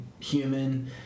Human